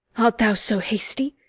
art thou so hasty?